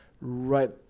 right